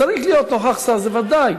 אז צריך להיות נוכח שר, זה בוודאי.